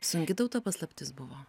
sunki tau ta paslaptis buvo